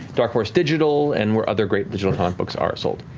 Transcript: dark horse digital, and where other great digital comic books are sold.